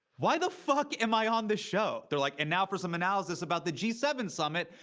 why the fuck am i on this show? they're like, now for some analysis about the g seven summit,